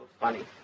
funny